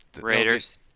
Raiders